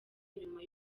nyuma